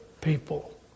people